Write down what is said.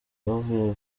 bavuye